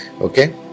Okay